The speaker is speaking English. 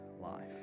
life